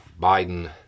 Biden